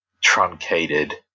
truncated